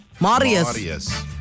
Marius